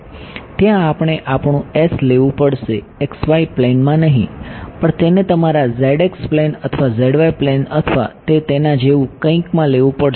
ત્યાં આપણે આપણું S લેવું પડશે xy પ્લેનમાં નહીં પણ તેને તમારા zx પ્લેન અથવા zy પ્લેન અથવા તે તેનાજેવું કંઈકમાં લેવું પડશે